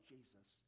Jesus